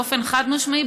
באופן חד-משמעי,